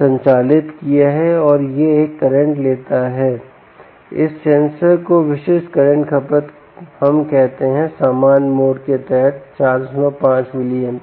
संचालित किया है और यह एक करंट लेता है इस सेंसर की विशिष्ट करंट खपत हम कहते हैं सामान्य मोड के तहत 45 mA है